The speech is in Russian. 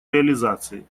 реализации